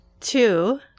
Two